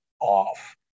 off